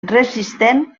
resistent